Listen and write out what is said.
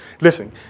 Listen